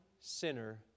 sinner